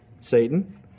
Satan